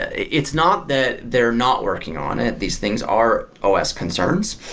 it's not that they're not working on it. these things are os concerns.